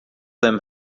them